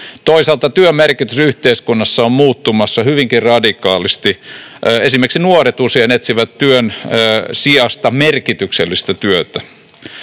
Toisaalta työn merkitys yhteiskunnassa on muuttumassa hyvinkin radikaalisti. Esimerkiksi nuoret usein etsivät työn sijasta merkityksellistä työtä.